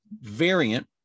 variant